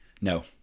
no